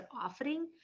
offering